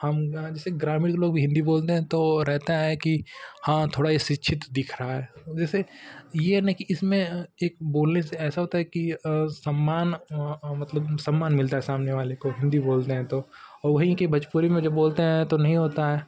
हम जैसे ग्रामीण लोग भी हिंदी बोलते हैं तो रहता है कि हाँ थोड़ा ई शिक्षित दिख रहा है ये न कि इसमें एक बोलने से ऐसा होता है कि सम्मान मतलब सम्मान मिलता है सामने वाले को हिंदी बोलते हैं तो वहीं की भोजपुरी में जो बोलते हैं तो नहीं होता है